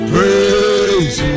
Praise